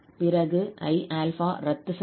பிறகு 𝑖𝛼 ரத்து செய்யப்படும்